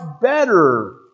better